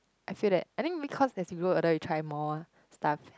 I feel that I think maybe cause as you grow older you try more stuff